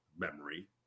memory